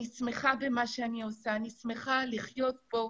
אני שמחה במה שאני עושה, אני שמחה לחיות כאן.